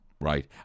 right